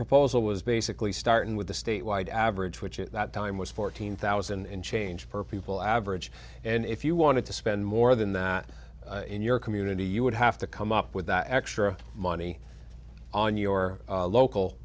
proposal was basically starting with the state wide average which at that time was fourteen thousand in change for people average and if you wanted to spend more than that in your community you would have to come up with that extra money on your local